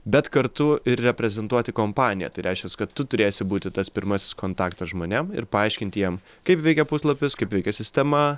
bet kartu ir reprezentuoti kompaniją tai reiškias kad tu turėsi būti tas pirmasis kontaktas žmonėm ir paaiškinti jiem kaip veikia puslapis kaip veikia sistema